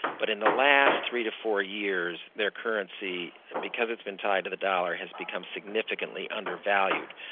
but in the last three to four years, their currency, because it's been tied to the dollar, has become significantly under-valued.